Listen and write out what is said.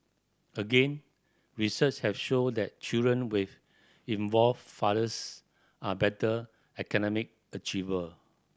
again research have shown that children with involved fathers are better academic achiever